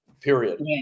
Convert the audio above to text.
period